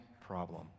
problem